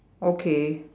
okay